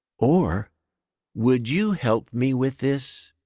or would you help me with this?